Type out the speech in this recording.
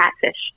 Catfish